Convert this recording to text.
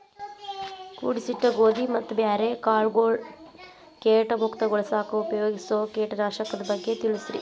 ಕೂಡಿಸಿಟ್ಟ ಗೋಧಿ ಮತ್ತ ಬ್ಯಾರೆ ಕಾಳಗೊಳ್ ಕೇಟ ಮುಕ್ತಗೋಳಿಸಾಕ್ ಉಪಯೋಗಿಸೋ ಕೇಟನಾಶಕದ ಬಗ್ಗೆ ತಿಳಸ್ರಿ